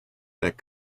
that